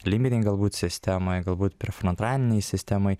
limbinėj galbūt sistemoj galbūt prefrontralinėj sistemoj